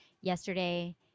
yesterday